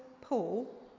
Paul